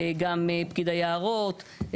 גם פקיד היערות,